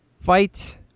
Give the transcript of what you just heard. fight